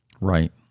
Right